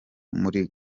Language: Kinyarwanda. muri